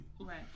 right